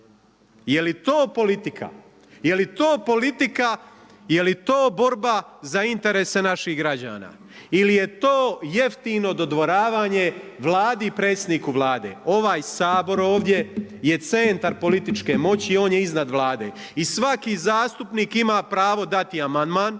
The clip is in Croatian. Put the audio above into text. Je li to politika? Je li to politika, je li to borba za interese naših građana? Ili je to jeftino dodvoravanje Vladi i predsjedniku Vlade? Ovaj Sabor ovdje je centar političke moći, on je iznad Vlade. I svaki zastupnik ima pravo dati amandman